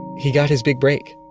he got his big break